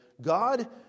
God